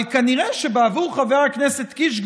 אבל כנראה שבעבור חבר הכנסת קיש,